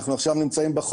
אנחנו עכשיו בחורף,